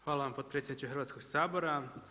Hvala vam potpredsjedniče Hrvatskog sabora.